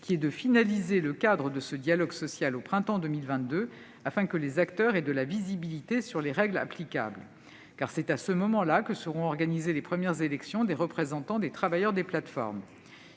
qui est de finaliser le cadre de ce dialogue social au printemps 2022, afin que les acteurs aient de la visibilité sur les règles applicables, car c'est à ce moment-là que seront organisées les premières élections des représentants des travailleurs des plateformes.